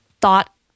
thought